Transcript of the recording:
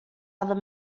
other